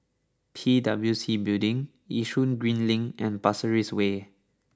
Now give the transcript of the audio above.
P W C Building Yishun Green Link and Pasir Ris Way